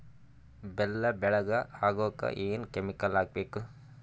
ಬೆಲ್ಲ ಬೆಳಗ ಆಗೋಕ ಏನ್ ಕೆಮಿಕಲ್ ಹಾಕ್ಬೇಕು?